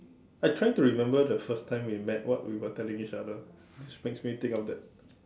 I trying to remember the first time we met what we were telling each other this makes me think of that